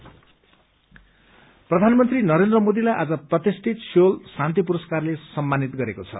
PM award प्रधानमन्त्री नरेन्द्र मोदीलाई आज प्रतिष्ठित सोल शान्ति पुरस्कारले सम्मानित गरेको छ